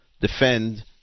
defend